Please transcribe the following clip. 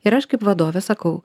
ir aš kaip vadovė sakau